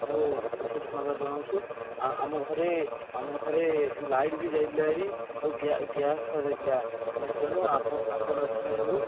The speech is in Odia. ହଉ ଧନ୍ୟବାଦ ଜଣାଉଛୁ ଆମ ଘରେ ଆମ ଘରେ ଲାଇଟ୍ ବି ଯାଇଥିଲା ହେରି ଓ ଗ୍ୟାସ୍ ସରି ଯାଇଥିଲା ତେଣୁ ଆପଣ ରେଷ୍ଟୁରାଣ୍ଟକୁ